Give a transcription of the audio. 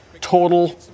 Total